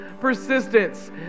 persistence